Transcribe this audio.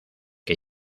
que